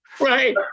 Right